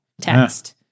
text